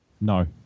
No